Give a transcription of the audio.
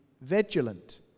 vigilant